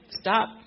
Stop